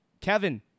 kevin